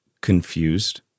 confused